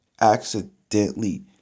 accidentally